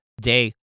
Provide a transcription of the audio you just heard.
day